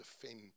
defend